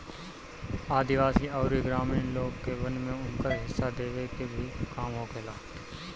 आदिवासी अउरी ग्रामीण लोग के वन में उनकर हिस्सा देवे के भी काम होखेला